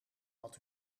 had